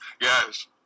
yes